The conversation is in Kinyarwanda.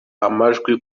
amajwi